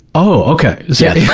oh, okay. yeah.